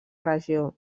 regió